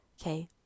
Okay